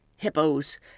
hippos